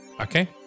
Okay